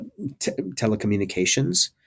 telecommunications